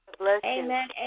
Amen